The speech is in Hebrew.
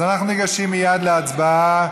אנחנו ניגשים מייד להצבעה